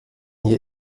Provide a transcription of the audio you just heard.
hier